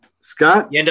Scott